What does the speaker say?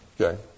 Okay